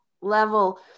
level